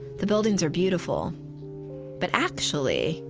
the buildings are beautiful but actually,